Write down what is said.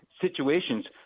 situations